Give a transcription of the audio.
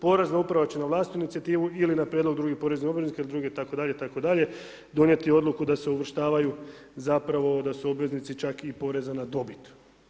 Porezna uprava će na vlastitu inicijativu ili na prijedlog drugih poreznih obveznika i drugih itd. itd. donijeti odluku da se uvrštavaju zapravo da su obvezni čak i poreza na dobit.